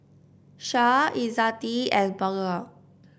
Syah Izzati and Bunga